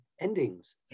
endings